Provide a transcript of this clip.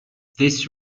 this